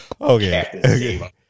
Okay